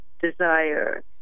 desire